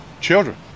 children